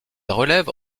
relève